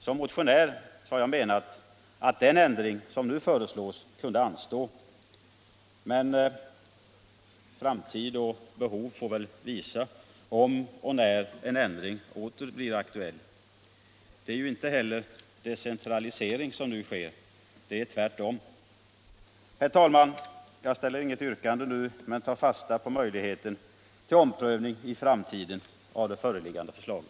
Som motionär har jag menat att den ändring som nu föreslås kunde anstå. Men framtiden och behovet får väl visa om och när en ändring åter blir aktuell. Det är ju inte heller decentralisering som nu sker. Det är tvärtom. Herr talman! Jag ställer inget yrkande nu men tar fasta på möjligheten till omprövning i framtiden av det föreliggande förslaget.